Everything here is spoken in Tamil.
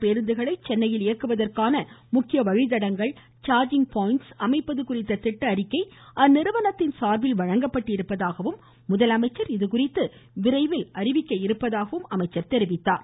பேருந்துகளை சென்னையில் இயக்குவதற்கான முக்கிய மின்சார வழித்தடங்கள் சார்ஜிங் பாயின்ட்ஸ் அமைப்பது குறித்த திட்ட அறிக்கை அந்நிறுவனத்தின் சார்பில் வழங்கப்பட்டிருப்பதாகவும் முதலமைச்சர் இதுகுறித்து விரைவில் அறிவிக்க உள்ளதாகவும் அவர் குறிப்பிட்டார்